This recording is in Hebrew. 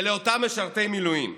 אלה אותם משרתי מילואים,